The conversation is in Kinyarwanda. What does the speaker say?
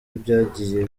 byagiye